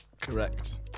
correct